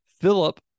Philip